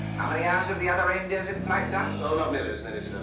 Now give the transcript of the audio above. how many hours have the other reindeers in flight done? not nearly as many, sir.